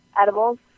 edibles